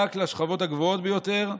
אלא רק לשכבות הגבוהות ביותר,